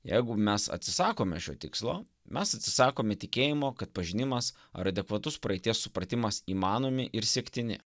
jeigu mes atsisakome šio tikslo mes atsisakome tikėjimo kad pažinimas ar adekvatus praeities supratimas įmanomi ir siektini